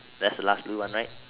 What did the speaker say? that's the last blue one right